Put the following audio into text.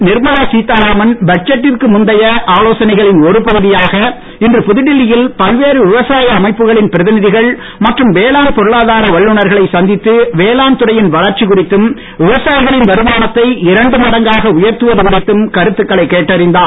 நிர்மலா சீத்தாராமன் பட்ஜெட்டிற்கு முந்தைய ஆலோசனைகளின் ஒரு பகுதியாக இன்று புதுடில்லி யில பல்வேறு விவசாய அமைப்புகளின் பிரதிநிதிகள் மற்றும் வேளாண் பொருளாதார வல்லுனர்களை சந்தித்து வேளாண் துறையின் வளர்ச்சி குறித்தும் விவசாயிகளின் வருமானத்தை இரண்டு மடங்காக உயர்த்துவது குறித்தும் கருத்துக்களைக் கேட்டறிந்தார்